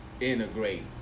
integrate